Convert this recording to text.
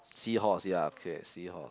seahorse ya okay seahorse